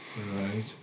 Right